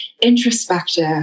introspective